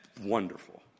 wonderful